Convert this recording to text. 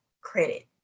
credit